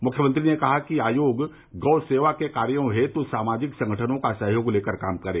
मुख्यमंत्री ने कहा कि आयोग गौ सेवा के कार्यो हेतु सामाजिक संगठनों का सहयोग लेकर काम करे